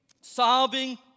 sobbing